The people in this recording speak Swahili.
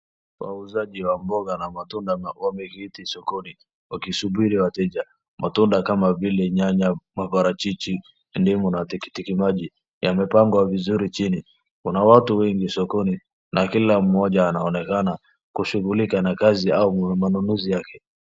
Wauzaji wa mboga na matunda wameketi sokoni wakisubiri wateja, matunda kama vile nyanya, maparachichi, ndimu na tikiti maji yamepangwa vizuri chini. Kuna watu wengi sokoni na kila mmoja anaonekana kushughulika na kazi au manunzi yake.